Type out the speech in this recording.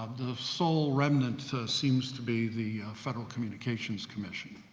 um the sole remnant seems to be the federal communications commission.